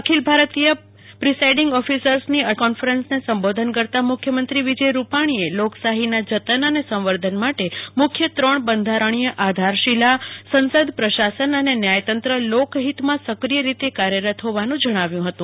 અખિલ ભારતીય પ્રિસાઈડીંગ ઓફીસર્સની પટમી કોન્ફરન્સને સંબોધન કરતા મુખ્યમંત્રી વિજય રૂપાણીએ લોકશાહીના જતન અને સંવર્ધન માટ મુખ્ય ત્રણ બંધારણીય આધારશીલા સંસદ પ્રશાસન અને ન્યાયતંત્ર લોકહીતમાં સક્રિય રીતે કાર્યરત હોવાનું જણાવ્યું હતું